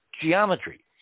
geometry